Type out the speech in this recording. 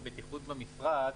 ובטיחות במשרד.